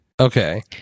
Okay